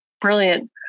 Brilliant